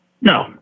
No